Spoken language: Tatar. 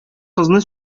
кызны